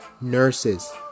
nurses